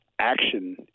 action